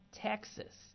Texas